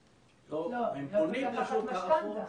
לא, הם לא יכולים לקחת משכנתה.